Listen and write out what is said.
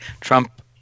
Trump